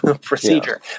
procedure